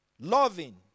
loving